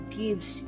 gives